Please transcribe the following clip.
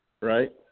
Right